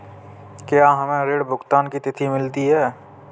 क्या हमें ऋण भुगतान की तिथि मिलती है?